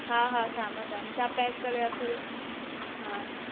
हा हा शाम ताणी तव्हां पैक करे रखिजो हा